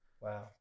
Wow